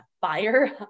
fire